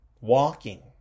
walking